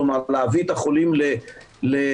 כלומר להביא את החולים לטיפול.